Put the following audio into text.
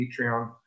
Patreon